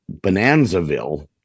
Bonanzaville